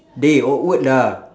dey awkward lah